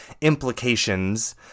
implications